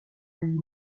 lui